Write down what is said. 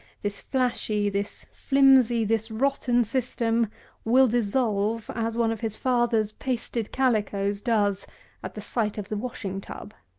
this flashy, this flimsy, this rotten system will dissolve as one of his father's pasted calicoes does at the sight of the washing-tub.